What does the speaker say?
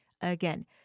Again